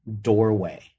doorway